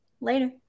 Later